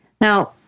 Now